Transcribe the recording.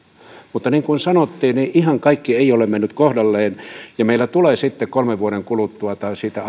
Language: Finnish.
mutta niin kuin sanottiin niin ihan kaikki ei ole mennyt kohdalleen ja kun meidän tulee sitten kolmen vuoden kuluttua siitä